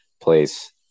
place